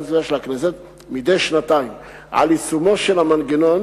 הסביבה של הכנסת מדי שנתיים על יישומו של המנגנון,